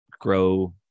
grow